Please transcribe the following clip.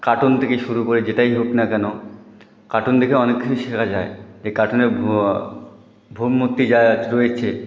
cartoon থেকে শুরু করে যেটাই হোক না কেন কার্টুন দেখে অনেক কিছু শেখা যায় এ কার্টুনে ভাবমূর্তি যা রয়েছে